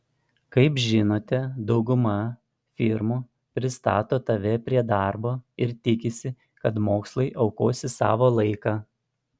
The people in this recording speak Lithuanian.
kaip žinote dauguma firmų pristato tave prie darbo ir tikisi kad mokslui aukosi savo laiką